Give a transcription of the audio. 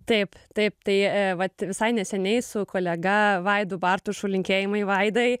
taip taip tai vat visai neseniai su kolega vaidu bartušu linkėjimai vaidai